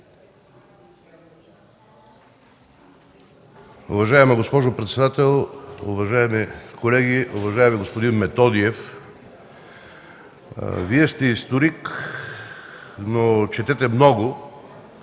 Вие сте историк. Четете много